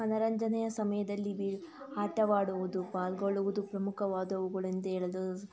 ಮನರಂಜನೆಯ ಸಮಯದಲ್ಲಿ ಬಿ ಆಟವಾಡುವುದು ಪಾಲ್ಗೊಳ್ಳುವುದು ಪ್ರಮುಖವಾದವುಗಳೆಂದೇಳಲು